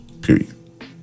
period